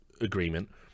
agreement